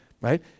right